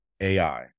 AI